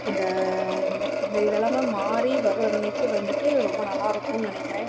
இந்த மோ இந்த இது எல்லாமே மாறி வர அன்னைக்கு வந்துவிட்டு ரொம்ப நல்லா இருக்கும்னு நினைக்கிறேன்